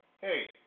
Hey